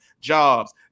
jobs